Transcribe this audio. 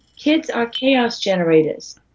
kids are chaos generators.